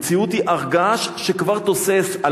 המציאות היא הר געש שכבר תוסס,